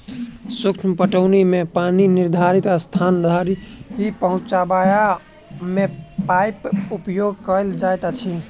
सूक्ष्म पटौनी मे पानि निर्धारित स्थान धरि पहुँचयबा मे पाइपक उपयोग कयल जाइत अछि